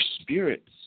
spirits